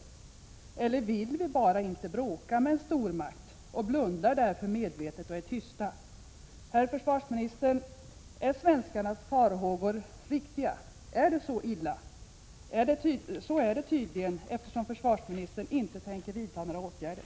—- Vill vi bara inte bråka med en stormakt — är det därför vi blundar medvetet 35 och är tysta? Herr försvarsminister! Är svenskarnas farhågor riktiga? Är det så illa som jag befarar? Det är det tydligen, eftersom försvarsministern inte tänker vidta några åtgärder.